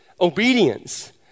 obedience